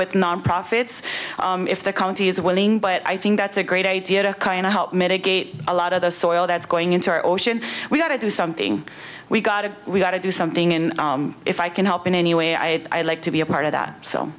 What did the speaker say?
with non profits if the county is willing but i think that's a great idea to kind of help mitigate a lot of the soil that's going into our ocean we've got to do something we've got to we've got to do something and if i can help in any way i like to be a part of that so